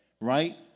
right